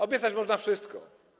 Obiecać można wszystko.